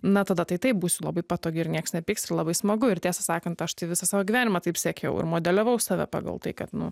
na tada tai taip būsiu labai patogi ir nieks nepyks ir labai smagu ir tiesą sakant aš tai visą savo gyvenimą taip sekiau ir modeliavau save pagal tai kad nu